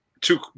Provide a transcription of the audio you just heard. two